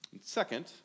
Second